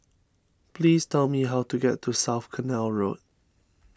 please tell me how to get to South Canal Road